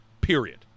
Period